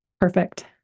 Perfect